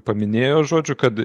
paminėjo žodžiu kad